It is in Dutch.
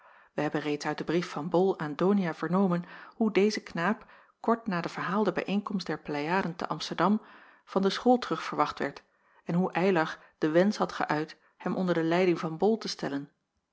wij hebben reeds uit den brief van bol aan donia vernomen hoe deze knaap kort na de verhaalde bijeenkomst der pleiaden te amsterdam van de school terugverwacht werd en hoe eylar den wensch had geüit hem onder de leiding van bol te stellen